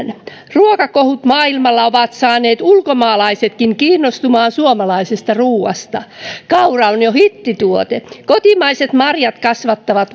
ruokakohut maailmalla ovat saaneet ulkomaalaisetkin kiinnostumaan suomalaisesta ruuasta kaura on jo hittituote kotimaiset marjat kasvattavat